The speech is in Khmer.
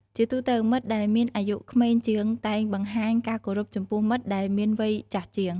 ជាទូទៅមិត្តដែលមានអាយុក្មេងជាងតែងបង្ហាញការគោរពចំពោះមិត្តដែលមានវ័យចាស់ជាង។